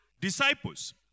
disciples